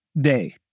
day